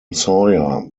sawyer